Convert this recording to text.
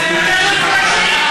איך את יודעת שזה לא נכון?